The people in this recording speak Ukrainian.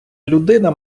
людина